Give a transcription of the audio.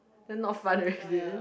then no fun already is it